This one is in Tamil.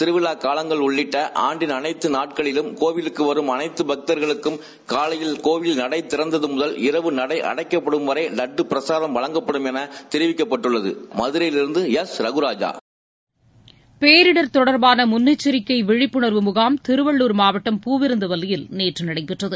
திருவிமாக்காவங்கள் உள்ளிட்ட அனைத்து நாட்களிலம் கோவிலங்கு வரும் அனைத்து பக்தர்களுக்கும் காலை கோவில் நடைகிறந்தது முதல் இரவு நடை அடைக்கப்படும் வரை வட்டு பிரசாதம் வழங்கப்படும் என தெரிவிக்கப்பட்டுள்ளது மதுரையிலிருந்து எஸ் ாகுராஜா பேரிடர் தொடர்பான முன்னெச்சரிக்கை விழிப்புணர்வு முகாம் திருவள்ளுர் மாவட்டம் பூவிருந்தவல்லியில் நேற்று நடைபெற்றது